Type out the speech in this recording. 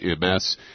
MS